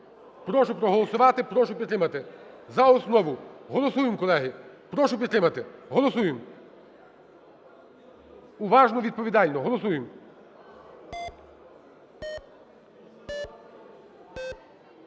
Прошу проголосувати, прошу підтримати, за основу, голосуємо, колеги. Прошу підтримати, голосуємо! Уважно, відповідально, голосуємо!